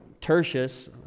Tertius